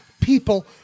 people